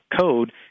code